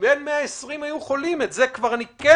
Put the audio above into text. בזה אני כן